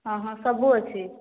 ହଁ ହଁ ସବୁ ଅଛି